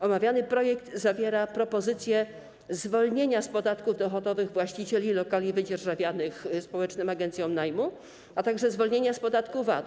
Omawiany projekt zawiera propozycje zwolnienia z podatków dochodowych właścicieli lokali wydzierżawianych społecznym agencjom najmu, a także zwolnienia z podatku VAT.